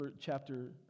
chapter